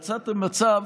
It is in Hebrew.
יצרתם מצב